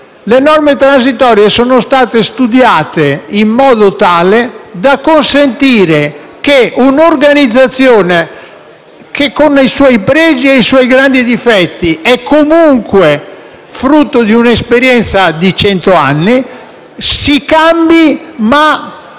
le norme transitorie, sono state studiate in modo tale da consentire che un'organizzazione, che con i suoi pregi e i suoi grandi difetti è comunque frutto di un'esperienza di cento anni, si cambi, ma